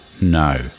no